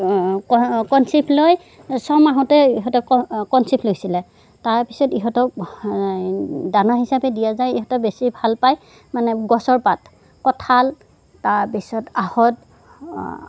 conceive লয় ছমাহতে ইহঁতে কনছিভ্ লৈছিলে তাৰপিছত ইহঁতক দানা হিচাপে দিয়া যায় ইহঁতে বেছি ভাল পায় মানে গছৰ পাত কঁঠাল তাৰপিছত আঁহত